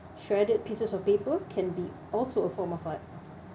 shredded pieces of paper can be also a form of art